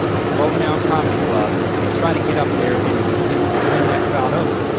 world renowned comedy club and try to get up there. and in when that crowd over,